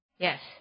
Yes